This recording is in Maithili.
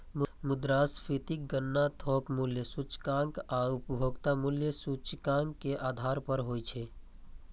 मुद्रास्फीतिक गणना थोक मूल्य सूचकांक आ उपभोक्ता मूल्य सूचकांक के आधार पर होइ छै